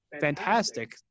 fantastic